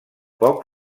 poc